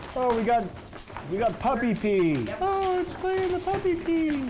oh we got we got puppy pee. oh let's play in the puppy pee.